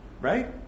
right